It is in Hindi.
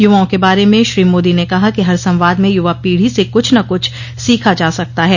युवाओं के बारे में श्री मोदी ने कहा कि हर संवाद में युवा पीढ़ी से कुछ न कुछ सीखा जा सकता है